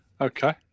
Okay